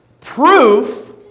Proof